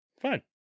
Fine